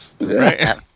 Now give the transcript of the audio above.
Right